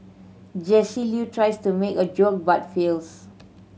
Jesse Loo tries to make a joke but fails